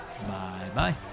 Bye-bye